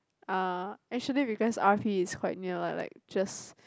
uh actually because R_P is quite near lah like just